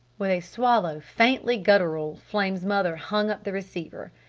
with a swallow faintly guttural flame's mother hung up the receiver.